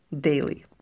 daily